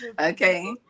Okay